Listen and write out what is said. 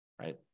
right